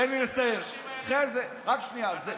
אתם לא מתביישים לקחת כסף מאנשים עניים?